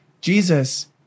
Jesus